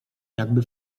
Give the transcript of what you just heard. jakby